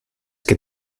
que